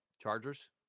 Chargers